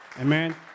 Amen